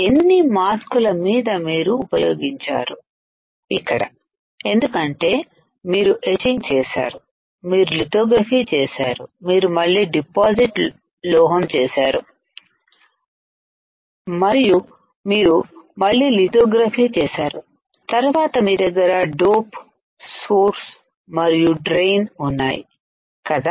ఎన్ని మాస్కుల మీద మీరు ఉపయోగించారు ఇక్కడ ఎందుకంటే మీరు ఎచింగ్ చేశారు మీరు లితో గ్రఫీ చేశారు మీరు మళ్లీ లోహం డిపాజిట్ చేశారు మీరు మళ్లీ లితో గ్రఫీ చేశారుతర్వాత మీ దగ్గర డోపు సోర్స్ మరియు డ్రైయున్ ఉన్నాయి కదా